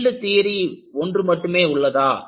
yield theory ஒன்று மட்டும் உள்ளதா